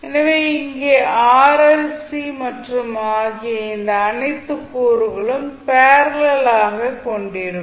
எனவே இங்கே R L RL மற்றும் சி ஆகிய இந்த அனைத்து கூறுகளும் பேரலல் ஆக கொண்டிருக்கும்